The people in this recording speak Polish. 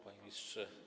Panie Ministrze!